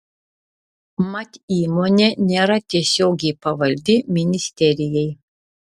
mat įmonė nėra tiesiogiai pavaldi ministerijai